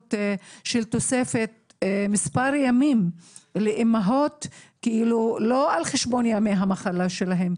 אפשרות של תוספת מספר ימים לאימהות לא על חשבון ימי המחלה שלהם.